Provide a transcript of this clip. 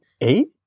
eight